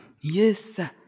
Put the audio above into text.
Yes